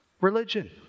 religion